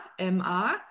ma